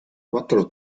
quattro